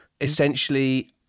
essentially